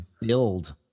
build